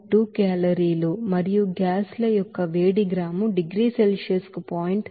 2 కేలరీలు మరియు గ్యాస్ ల యొక్క వేడి గ్రాము డిగ్రీ సెల్సియస్ కు 0